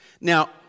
Now